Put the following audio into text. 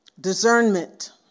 discernment